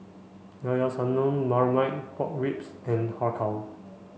Llao Llao Sanum Marmite Pork Ribs and Har Kow